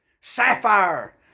sapphire